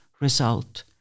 result